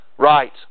right